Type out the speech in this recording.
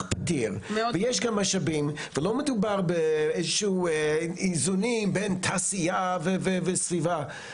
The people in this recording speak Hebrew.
פוגע ויש משאבים ולא מדובר באיזשהו איזונים בין תעשיה וסביבה.